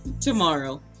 tomorrow